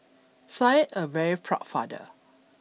said a very prod father